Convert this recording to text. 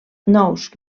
nous